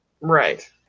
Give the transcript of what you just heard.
Right